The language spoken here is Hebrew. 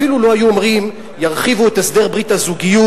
אפילו לו היו אומרים: ירחיבו את הסדר ברית הזוגיות,